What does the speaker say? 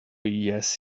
yes